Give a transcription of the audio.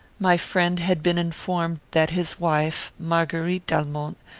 my friend had been informed that his wife, marguerite d'almont,